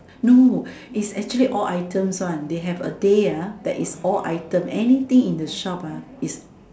no is actually all items one they have a day ah that is all item anything in the shop ah is